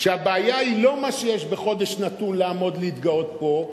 שהבעיה היא לא מה שיש בחודש נתון לעמוד להתגאות פה,